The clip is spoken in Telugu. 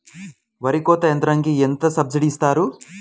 వరి కోత యంత్రంకి ఎంత సబ్సిడీ ఇస్తారు?